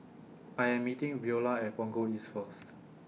I Am meeting Viola At Punggol East First